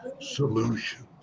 Solutions